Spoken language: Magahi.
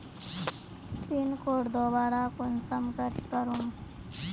पिन कोड दोबारा कुंसम करे करूम?